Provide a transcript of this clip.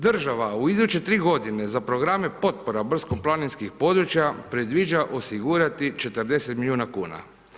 Država u iduće tri godine za programe potpora brdsko-planinskih područja predviđa osigurati 40 miliona kuna.